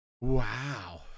Wow